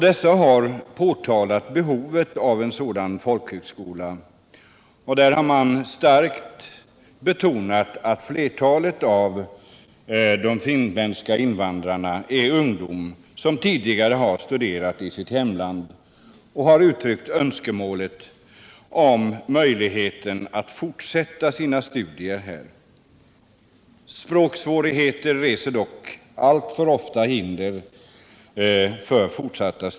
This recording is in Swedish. Dessa har pekat på behovet av en sådan folkhögskola, varvid man starkt har betonat att flertalet av de finländska invandrarna är ungdomar som tidigare studerat i sitt hemland och som har uttryckt önskemål om att få möjlighet att fortsätta sina studier här. Språksvårigheter reser dock allt som oftast hinder härför.